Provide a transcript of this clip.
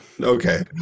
okay